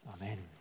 Amen